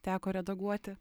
teko redaguoti